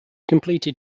completed